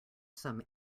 some